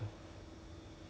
ya 对 lor